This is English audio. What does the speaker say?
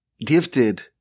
gifted